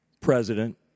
president